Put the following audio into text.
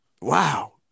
wow